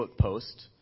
post